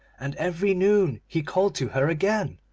and every noon he called to her again,